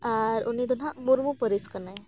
ᱟᱨ ᱩᱱᱤ ᱫᱚ ᱱᱟᱦᱟᱸᱜ ᱢᱩᱨᱢᱩ ᱯᱟᱹᱨᱤᱥ ᱠᱟᱱᱟᱭ